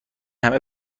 همه